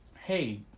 Hey